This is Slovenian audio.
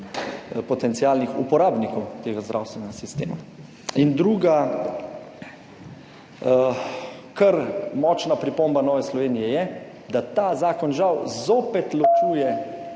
potencialnih uporabnikov tega zdravstvenega sistema. In druga kar močna pripomba Nove Slovenije je, da ta zakon žal zopet ločuje